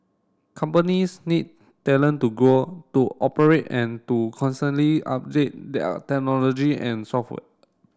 companies need talent to go to operate and to constantly update their technology and software